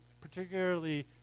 particularly